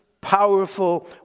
powerful